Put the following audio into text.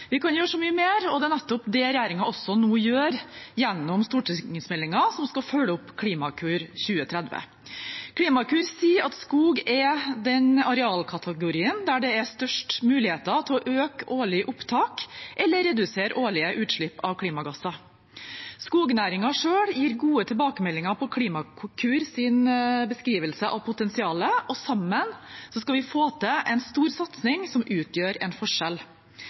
er nettopp det regjeringen også nå gjør gjennom stortingsmeldingen som skal følge opp Klimakur 2030. Klimakur sier at skog er arealkategorien der det er størst muligheter til å øke årlige opptak eller redusere årlige utslipp av klimagasser. Skognæringen selv gir gode tilbakemeldinger på Klimakurs beskrivelse av potensialet, og sammen skal vi få til en stor satsing som utgjør en forskjell.